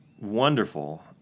wonderful